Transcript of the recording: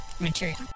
material